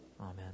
Amen